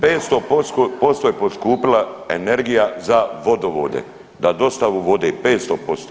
500% je poskupila energije za vodovode, za dostavu vode 500%